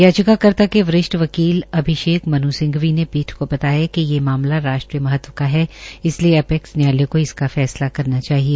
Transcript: याचिकाकर्ता के वरिष्ठ वकील अभिषेक मन् सिंघवी ने पीठ को बताया कि ये मामला राष्ट्रीय महत्व का है इसलिये अपैक्स न्यायालय को इसका फैसला करना चाहिए